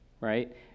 right